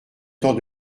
temps